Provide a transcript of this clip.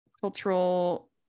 Cultural